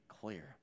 clear